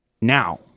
Now